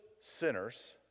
sinners